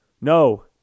No